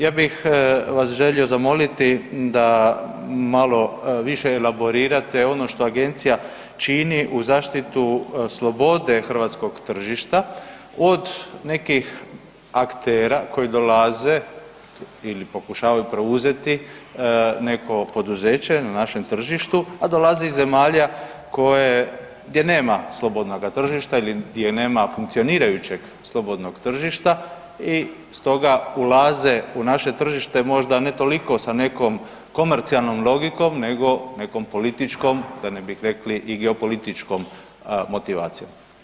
Ja bih vas želio zamoliti da malo više elaborirate ono što agencija čini u zaštitu slobode hrvatskog tržišta, od nekih aktera koji dolaze ili pokušavaju preuzeti neko poduzeće na našem tržištu a dolaze iz zemalja gdje nema slobodnoga tržišta ili gdje nema funkcionirajućeg slobodnog tržišta i stoga ulaze u naše tržište možda ne toliko sa nekom komercijalnom logikom nego nekom političkom, da ne bih rekli i geopolitičkom motivacijom.